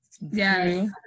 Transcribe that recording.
Yes